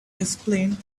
explain